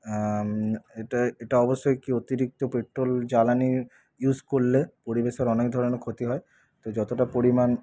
এটা এটা অবশ্যই কি অতিরিক্ত পেট্রোল জ্বালানি ইউজ করলে পরিবেশের অনেক ধরনের ক্ষতি হয় তো যতটা পরিমাণ